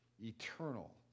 eternal